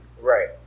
Right